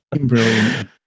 Brilliant